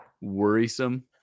worrisome